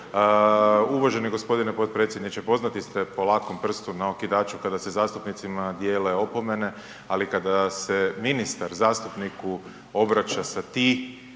Uvaženi g. potpredsjedniče, poznati ste po lakom prstu na okidaču kada se zastupnicima dijele opomene, ali kada se ministar zastupniku obraća sa „ti“,